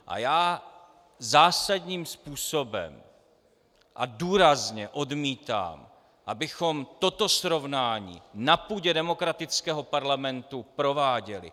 A já zásadním způsobem a důrazně odmítám, abychom toto srovnání na půdě demokratického parlamentu prováděli.